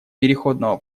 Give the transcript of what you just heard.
переходного